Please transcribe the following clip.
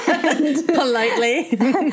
politely